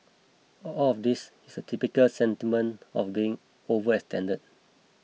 all of this is typical sentiment of being overextended